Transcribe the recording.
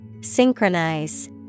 Synchronize